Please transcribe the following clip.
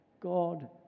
God